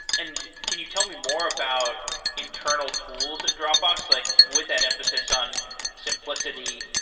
and can you tell me more about internal tools at dropbox? like with that emphasis on simplicity,